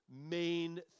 main